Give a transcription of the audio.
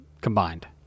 combined